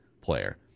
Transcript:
player